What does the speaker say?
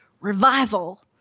revival